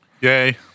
Yay